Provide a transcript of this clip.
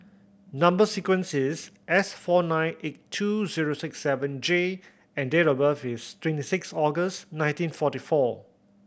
number sequence is S four nine eight two zero six seven J and date of birth is twenty six August nineteen forty four